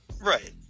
Right